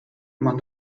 man